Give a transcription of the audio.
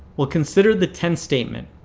we'll consider the tenth statement.